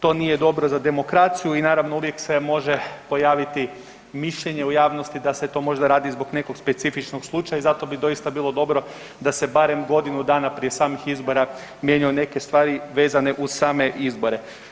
To nije dobro za demokraciju i naravno uvijek se može pojaviti mišljenje u javnosti da se to možda radi zbog nekog specifičnog slučaja i zato bi doista bilo dobro da se barem godinu dana prije samih izbora mijenjaju neke stvari vezane uz same izbore.